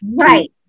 right